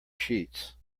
sheets